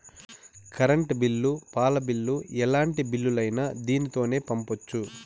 current bill పాల bill ఎలాంటి బిల్లులైనా దీనితోనే పంపొచ్చు